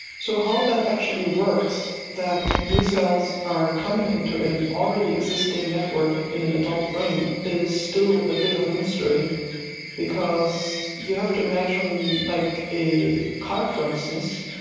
so how that actually works, that new cells are coming into an already existing network in an adult brain, is still a bit of a mystery because you have to imagine, like a car, for instance,